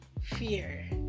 fear